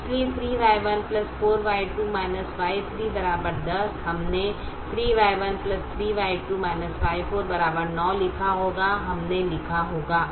इसलिए 3Y1 4Y2 Y3 10 हमने 3Y1 3Y2 Y4 9 लिखा होगा हमने लिखा होगा